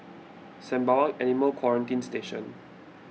Sembawang Animal Quarantine Station